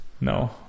No